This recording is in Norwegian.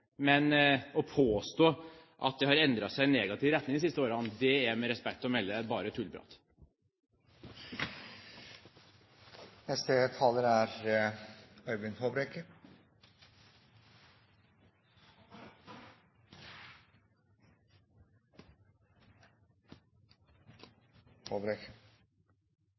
Men å påstå at det har endret seg i negativ retning de siste årene, er, med respekt å melde, bare